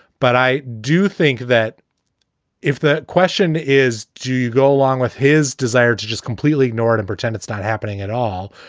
but i do think that if the question is, do you go along with his desire to just completely ignore it and pretend it's not happening at all,